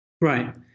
Right